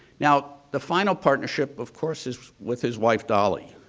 now, the final partnership of course is with his wife dolley.